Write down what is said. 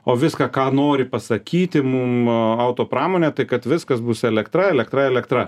o viską ką nori pasakyti mum auto pramonė tai kad viskas bus elektra elektra elektra